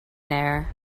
there